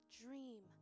Dream